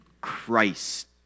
Christ